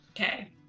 okay